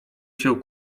się